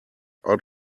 out